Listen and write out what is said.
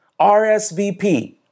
RSVP